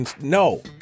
No